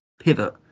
pivot